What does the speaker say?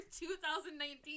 2019